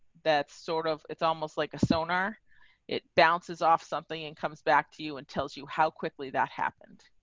that's sort of, it's almost like a sonar it bounces off something and comes back to you and tells you how quickly that happened.